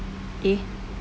eh